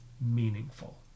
meaningful